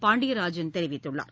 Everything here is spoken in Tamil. பாண்டியராஜன் தெரிவித்துள்ளார்